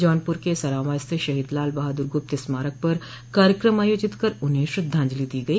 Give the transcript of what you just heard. जौनपुर के सरावां स्थित शहीद लाल बहादुर गुप्त स्मारक पर कार्यक्रम आयोजित कर उन्हें श्रद्धाजंलि दी गई